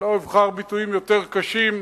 לא אבחר ביטויים יותר קשים,